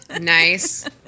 Nice